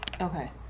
Okay